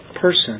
person